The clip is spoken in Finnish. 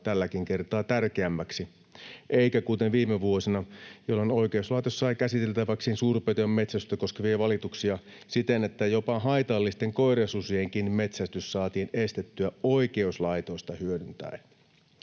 tällä kertaa tärkeämmiksi eikä kuten viime vuosina, jolloin oikeuslaitos sai käsiteltäväkseen suurpetojen metsästystä koskevia valituksia ja jopa haitallisten koirasusienkin metsästys saatiin estettyä oikeuslaitosta hyödyntäen.